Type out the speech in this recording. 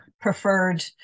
preferred